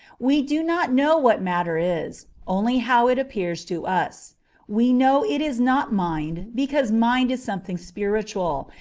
we do not know what matter is, only how it appears to us we know it is not mind because mind is something spiritual,